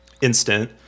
instant